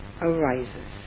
arises